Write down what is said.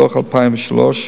בדוח על שנת 2003,